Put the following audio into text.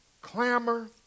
clamor